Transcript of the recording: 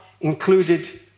included